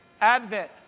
Advent